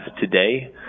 today